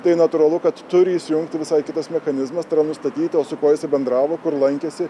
tai natūralu kad turi įsijungti visai kitas mechanizmas tai yra nustatyta su kuo jisai bendravo kur lankėsi